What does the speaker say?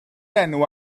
enw